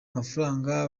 mafaranga